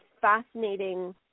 fascinating